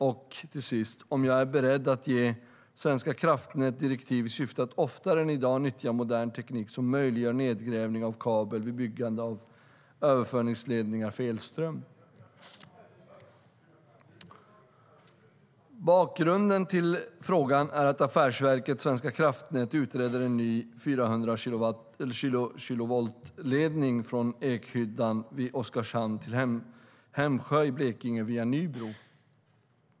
Till sist har han frågat om jag är beredd att ge Svenska kraftnät direktiv i syfte att oftare än i dag nyttja modern teknik som möjliggör nedgrävning av kabel vid byggande av överföringsledningar för elström. Bakgrunden till frågan är att Affärsverket svenska kraftnät utreder en ny 400 kilovolt ledning från Ekhyddan vid Oskarshamn till Hemsjö i Blekinge via Nybro.